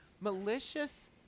Malicious